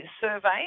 survey